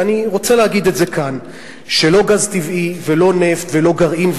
ואני רוצה להגיד את זה כאן: לא גז טבעי ולא נפט ולא גרעין,